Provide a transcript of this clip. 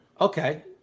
Okay